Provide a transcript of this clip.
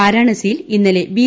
വാരാണസിയിൽ ഇന്നലെ ബി